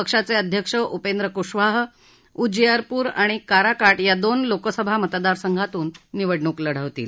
पक्षाचे अध्यक्ष उपेंद्र कुशवाह उज्जियारपुर आणि काराका या दोन लोकसभा मतदार संघातून निवडणूक लढवतील